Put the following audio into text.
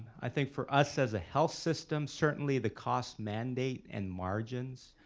i think for us as a health system certainly the cost mandate and margins.